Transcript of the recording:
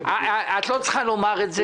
את לא צריכה לומר את זה.